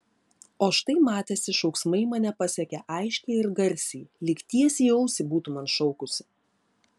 o štai matėsi šauksmai mane pasiekė aiškiai ir garsiai lyg tiesiai į ausį būtų man šaukusi